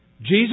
Jesus